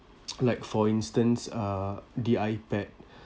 like for instance uh the ipad